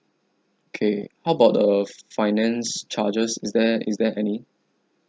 okay how about the f~ finance charges is there is there any